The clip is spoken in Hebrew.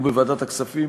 בוועדת הכספים,